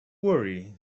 worry